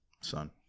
son